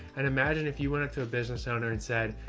and imagine if you went into a business owner and said,